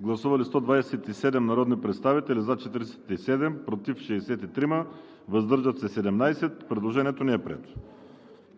Гласували 127 народни представители: за 47, против 63, въздържали се 17. Предложението не е прието.